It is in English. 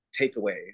takeaway